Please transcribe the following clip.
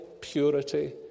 purity